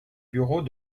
bureaux